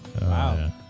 Wow